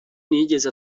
ntiyigeze